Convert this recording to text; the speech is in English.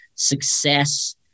success